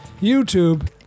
YouTube